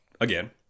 again